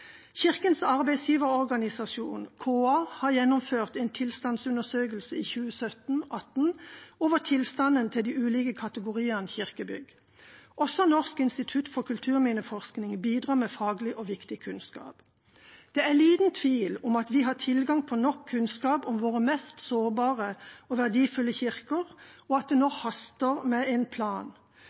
Kirkens arbeidsgiverorganisasjon, KA, har gjennomført en tilstandsundersøkelse i 2017–2018 over tilstanden til de ulike kategoriene kirkebygg. Også Norsk institutt for kulturminneforskning bidrar med faglig og viktig kunnskap. Det er liten tvil om at vi har tilgang på nok kunnskap om våre mest sårbare og verdifulle kirker, at det nå haster med en plan,